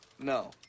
No